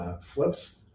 flips